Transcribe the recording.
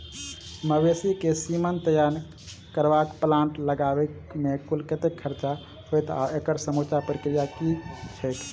मवेसी केँ सीमन तैयार करबाक प्लांट लगाबै मे कुल कतेक खर्चा हएत आ एकड़ समूचा प्रक्रिया की छैक?